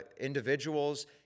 individuals